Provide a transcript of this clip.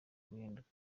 guhinduka